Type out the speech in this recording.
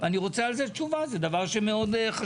אני רוצה על זה תשובה, זהו דבר מאוד חשוב.